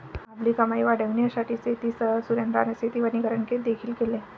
आपली कमाई वाढविण्यासाठी शेतीसह सुरेंद्राने शेती वनीकरण देखील केले